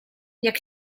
jak